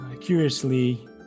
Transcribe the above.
curiously